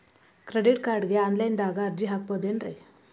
Credit ಕಾರ್ಡ್ಗೆ online ದಾಗ ಅರ್ಜಿ ಹಾಕ್ಬಹುದೇನ್ರಿ?